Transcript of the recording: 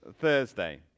Thursday